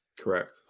Correct